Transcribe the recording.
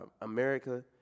America